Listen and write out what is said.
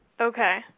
Okay